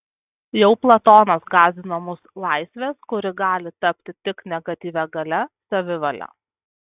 jau platonas gąsdino mus laisvės kuri gali tapti tik negatyvia galia savivale